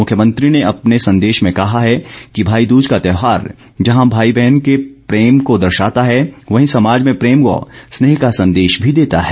मुख्यमंत्री ने अपने संदेश में कहा कि भाई द्ज का त्यौहार जहां भाई बहन के प्रेम को दर्शाता है वहीं समाज में प्रेम व स्नेह का संदेश भी देता है